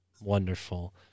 wonderful